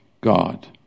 God